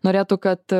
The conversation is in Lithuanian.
norėtų kad